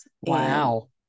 Wow